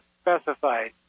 specified